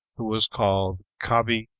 who was called cabi,